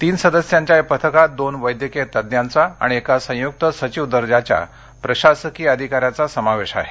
तीन सदस्यांच्या या पथकात दोन वैद्यकीय तज्ज्ञांचा आणि एका संयुक्त सचिव दर्जाच्या प्रशासकीय अधिकाऱ्याचा समावेश आहे